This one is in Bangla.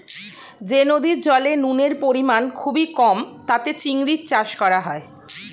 যে নদীর জলে নুনের পরিমাণ খুবই কম তাতে চিংড়ির চাষ করা হয়